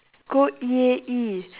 go E_A_E